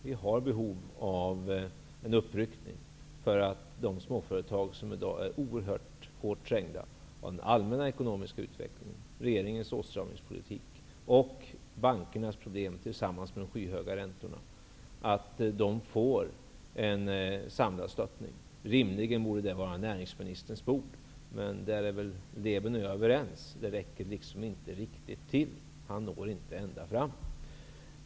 Det finns behov av en uppryckning för att de småföretag som i dag är oerhört trängda av den allmänna ekonomiska utvecklingen, regeringens åtstramningspolitik och bankernas problem tillsammans med de skyhöga räntorna får ett samlat stöd. Det borde rimligen vara näringsministerns bord. Men Roland Lében och jag torde vara överens om att han inte räcker riktigt till. Han når inte ända fram.